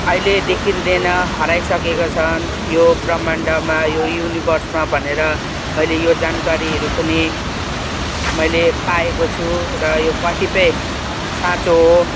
अहिले देखिँदैन हराइसकेको छन् यो ब्रह्माण्डमा यो युनिवर्समा भनेर मैले यो जानकारीहरू पनि मैले पाएको छु र यो कतिपय साँचो हो